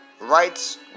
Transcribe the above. rights